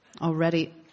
already